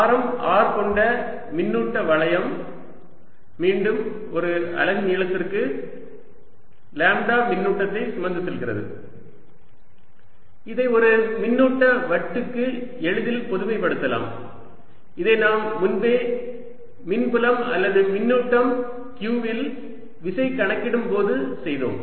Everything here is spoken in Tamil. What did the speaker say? ஆரம் r கொண்ட மின்னூட்ட வளையம் மீண்டும் ஒரு அலகு நீளத்திற்கு லாம்ப்டா மின்னூட்டத்தை சுமந்து செல்கிறது இதை ஒரு மின்னூட்ட வட்டுக்கு எளிதில் பொதுமைப்படுத்தப்படலாம் இதை நாம் முன்பே மின்புலம் அல்லது மின்னூட்டம் q இல் விசை கணக்கிடும்போது செய்தோம்